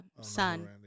son